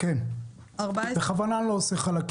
ואנחנו לא ערוכים